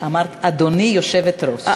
אמרת "אדוני היושבת-ראש".